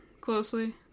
closely